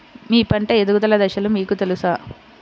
మీ పంట ఎదుగుదల దశలు మీకు తెలుసా?